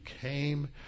came